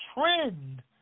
trend